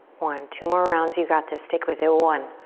one. two more rounds. you got this, stick with it. one,